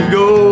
go